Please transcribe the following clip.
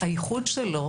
הייחוד שלו,